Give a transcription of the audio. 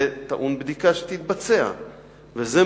זה טעון בדיקה, והיא תתבצע.